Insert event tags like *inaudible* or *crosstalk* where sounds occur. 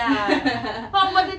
*laughs*